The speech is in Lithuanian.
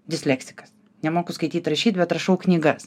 disleksikas nemoku skaityt rašyt bet rašau knygas